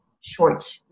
short